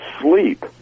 sleep